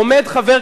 אדוני,